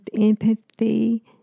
empathy